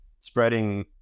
spreading